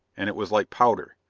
and it was like powder.